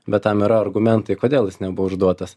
bet tam yra argumentai kodėl jis nebuvo užduotas